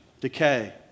Decay